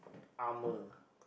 armor